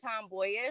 tomboyish